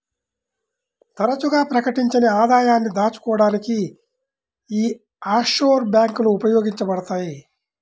తరచుగా ప్రకటించని ఆదాయాన్ని దాచుకోడానికి యీ ఆఫ్షోర్ బ్యేంకులు ఉపయోగించబడతయ్